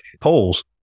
polls